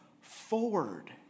forward